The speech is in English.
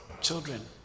children